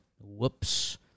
Whoops